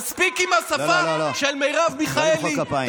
לא, לא, לא למחוא כפיים.